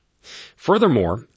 Furthermore